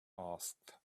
asked